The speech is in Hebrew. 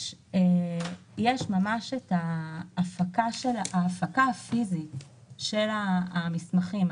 יש את ההפקה הפיזית של המסמכים,